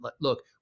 Look